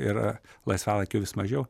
ir laisvalaikio vis mažiau